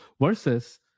versus